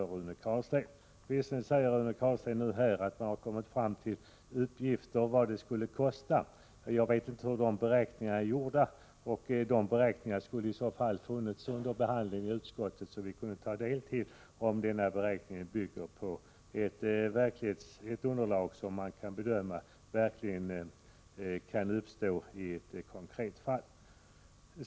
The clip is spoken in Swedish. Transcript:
Rune Carlstein säger visserligen att man nu har fått gifter, m.m. fram uppgifter om vad detta skulle kosta. Jag vet inte var de beräkningarna är gjorda, men de borde i varje fall ha funnits tillgängliga under behandlingen av frågan i utskottet, så att vi hade kunnat bedöma om de bygger på ett underlag som kan anses tillämpligt på ett konkret fall.